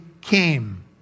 came